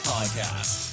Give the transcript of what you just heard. Podcast